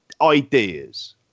ideas